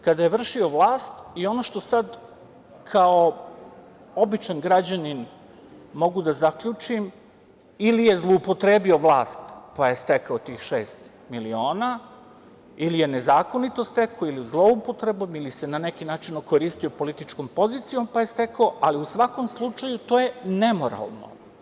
Kada je vršio vlast i ono što sada kao običan građanin mogu da zaključim ili je zloupotrebio vlast, pa je stekao tih šest miliona ili je nezakonito stekao ili zloupotrebom ili se na neki način okoristio političkom pozicijom pa je stekao, ali u svakom slučaju to je nemoralno.